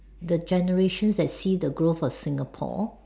the generation that see the growth of Singapore